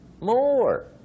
more